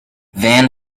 van